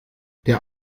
der